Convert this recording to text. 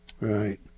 Right